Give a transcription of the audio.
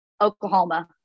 Oklahoma